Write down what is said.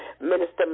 Minister